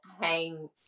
hang